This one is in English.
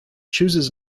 chooses